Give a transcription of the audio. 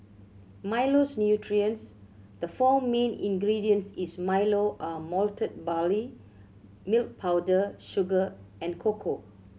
Milo's nutrients the four main ingredients is Milo are malted barley milk powder sugar and cocoa